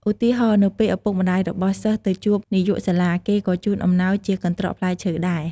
ឧទាហរណ៍ នៅពេលឪពុកម្ដាយរបស់សិស្សទៅជួបនាយកសាលា គេក៏ជូនអំណោយជាកន្ត្រកផ្លែឈើដែរ។